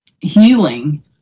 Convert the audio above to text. healing